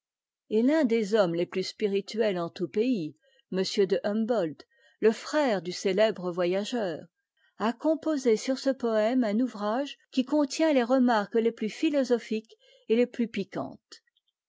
et l'un des hommes les plus spirituels en tout pays m de humboldt te frère du célèbre voyageur a composé sur ce poëme un ouvrage qui contient les remarques les plus philosophiques et les plus piquantes